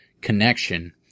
connection